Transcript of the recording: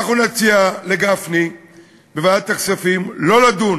אנחנו נציע לגפני בוועדת הכספים לא לדון